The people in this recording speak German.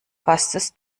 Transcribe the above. fastest